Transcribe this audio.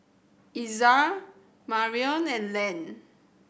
Ezra Marrion and Len